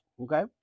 okay